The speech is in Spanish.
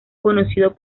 conocido